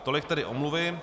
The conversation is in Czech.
Tolik tedy omluvy.